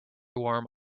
warm